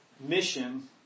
mission